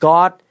God